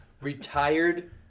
Retired